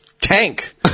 tank